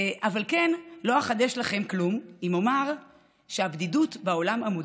אבל לא אחדש לכם כלום אם אומר שבעולם המודרני